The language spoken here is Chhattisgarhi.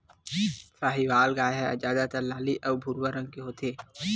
साहीवाल गाय ह जादातर लाली अउ भूरवा रंग के होथे